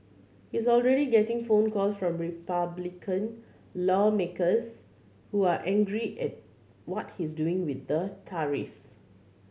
he's already getting phone calls from Republican lawmakers who are angry at what he's doing with the tariffs